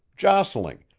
jostling,